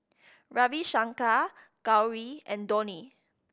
Ravi Shankar Gauri and Dhoni